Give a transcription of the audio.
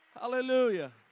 hallelujah